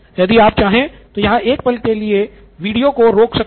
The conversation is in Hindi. यदि आप चाहें तो यहां एक पल के लिए आप वीडियो को रोक सकते हैं